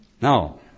Now